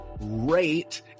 rate